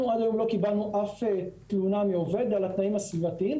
אנחנו עד היום לא קיבלנו אף תלונה מעובד על התנאים הסביבתיים.